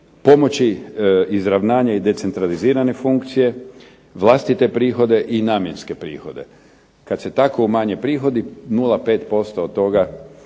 pomoći izravnanja i decentralizirane funkcije, vlastite prihode i manjinske prihode. Kada se tako umanje prihodi 0,5% od toga